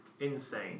insane